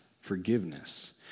forgiveness